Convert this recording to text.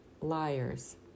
Liars